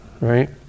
right